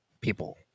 people